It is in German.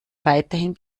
weiterhin